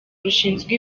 rushinzwe